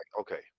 okay